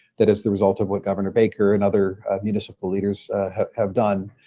that is the result of what governor baker and other municipal leaders have have done.